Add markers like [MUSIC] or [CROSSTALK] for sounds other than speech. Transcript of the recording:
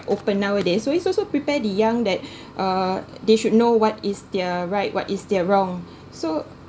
open nowadays so it's also prepare the young that [BREATH] uh they should know what is their right what is their wrong so